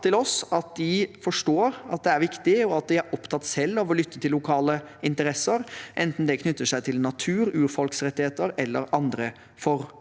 at de forstår at det er viktig, og at de selv er opptatt av å lytte til lokale interesser, enten det knytter seg til natur, urfolksrettigheter eller andre forhold.